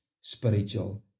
spiritual